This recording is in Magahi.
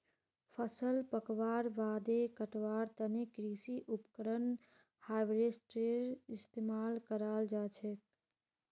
फसल पकवार बादे कटवार तने कृषि उपकरण हार्वेस्टरेर इस्तेमाल कराल जाछेक